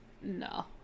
No